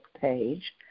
page